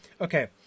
Okay